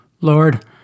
Lord